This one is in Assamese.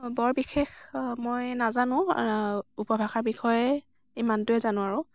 বৰ বিশেষ মই নাজানো উপভাষাৰ বিষয়ে ইমানটোৱেই জানো আৰু